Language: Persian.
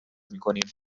میکنیم